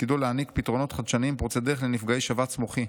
שתפקידו להעניק פתרונות חדשניים פורצי דרך לנפגעי שבץ מוחי,